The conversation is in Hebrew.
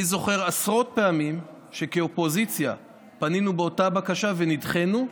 אני זוכר עשרות פעמים שכאופוזיציה פנינו באותה בקשה ונדחינו,